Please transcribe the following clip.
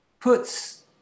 puts